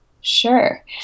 Sure